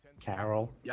carol